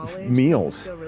meals